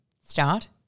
start